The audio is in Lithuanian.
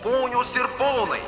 ponios ir ponai